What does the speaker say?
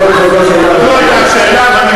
את מוכנה להסכים אתי שלא הגון שתקרא משהו לפני שהוא